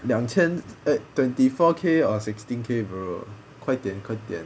两千 eh twenty four K or sixteen K bro 快点快点